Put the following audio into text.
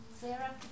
Sarah